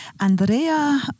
Andrea